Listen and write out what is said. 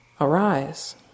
arise